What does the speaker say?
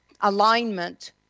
alignment